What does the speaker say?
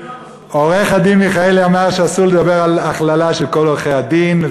עורך-הדין מיכאלי אומר שאסור לדבר בהכללה על כל עורכי-הדין,